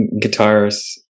Guitars